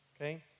Okay